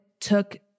took